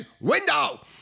window